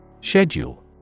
Schedule